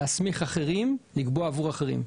להסמיך אחרים לקבוע עבור אחרים.